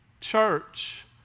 church